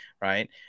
Right